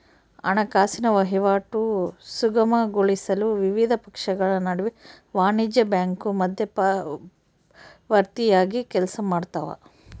ಹಣಕಾಸಿನ ವಹಿವಾಟು ಸುಗಮಗೊಳಿಸಲು ವಿವಿಧ ಪಕ್ಷಗಳ ನಡುವೆ ವಾಣಿಜ್ಯ ಬ್ಯಾಂಕು ಮಧ್ಯವರ್ತಿಯಾಗಿ ಕೆಲಸಮಾಡ್ತವ